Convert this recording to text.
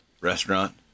restaurant